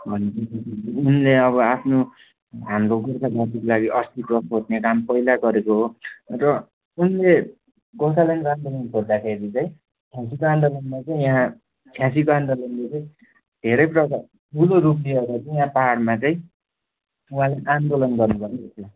उनले अब आफ्नो हाम्रो गोर्खा जातिको लागि अस्तित्व खोज्ने काम पहिला गरेको हो र उनले गोर्खाल्यान्डको आन्दोलन खोज्दाखेरि चाहिँ छ्यासीको आन्दोलनमा चाहिँ यहाँ छ्यासीको आन्दोलनले चाहिँ धेरै प्रभाव ठुलो रूप लिएर चाहिँ यहाँ पाहाडमा चाहिँ उहाँले आन्दोलन गर्नु भएको थियो